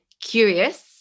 curious